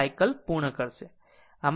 તે 2 સાયકલ પૂર્ણ કરશે